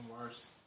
worse